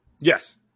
yes